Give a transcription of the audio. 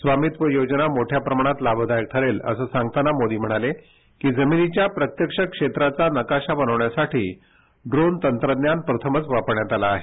स्वामित्व योजना मोठ्या प्रमाणात लाभदायक ठरेल असं सांगताना मोदी म्हणाले की जमिनीच्या प्रत्यक्ष क्षेत्राचा नकाशा बनवण्यासाठी ड्रोन तंत्रज्ञान प्रथमच वापरण्यात आलं आहे